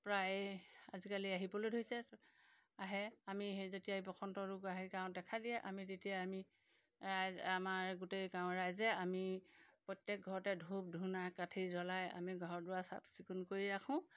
প্ৰায় আজিকালি আহিবলৈ ধৰিছে আহে আমি সেই যেতিয়াই বসন্ত ৰোগ আহে গাঁৱত দেখা দিয়ে আমি তেতিয়া আমি ৰাইজ আমাৰ গোটেই গাঁৱৰ ৰাইজে আমি প্ৰত্যেক ঘৰতে ধূপ ধূনা কাঠি জ্বলাই আমি ঘৰ দুৱাৰ চাফচিকুণ কৰি ৰাখোঁ